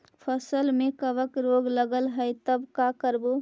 फसल में कबक रोग लगल है तब का करबै